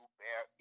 bear